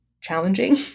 challenging